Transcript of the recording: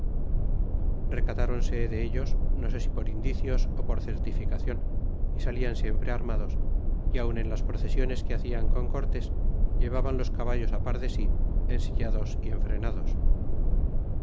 recatronse de ellos no sé si por indicios ó por certie licacion y sellan siempre armados é aun en las procesiones que hacha por cortés llevaban los caballos par de si ensilla dos y entrenados